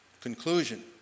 conclusion